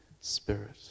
Spirit